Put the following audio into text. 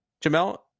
Jamel